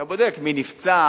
אתה בודק מי נפצע,